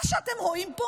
מה שאתם רואים פה